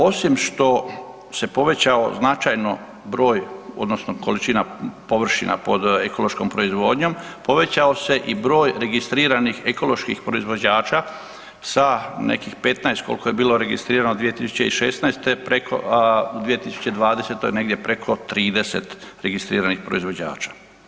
Osim što se povećao značajno broj odnosno količina površina pod ekološkom proizvodnjom, povećao se i broj registriranih ekoloških proizvođača sa nekih 15 koliko je bilo registrirano 2016.u 2020.negdje preko 30 registriranih proizvođača.